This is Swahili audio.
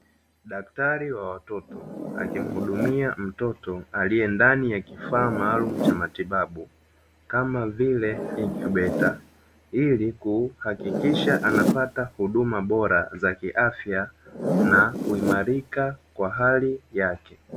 Daktari wa watoto akimuhudumia mtoto aliye ndani ya kifaa maalumu cha matibabu, kama vile inkubeta ili kuhakikisha anapata huduma bora za kiafya na kuimarika kwa hali yake.